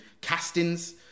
castings